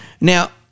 Now